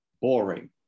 boring